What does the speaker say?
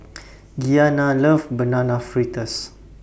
Gianna loves Banana Fritters